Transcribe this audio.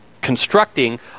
constructing